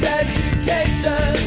education